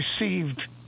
received